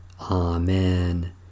Amen